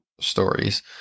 stories